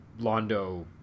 Londo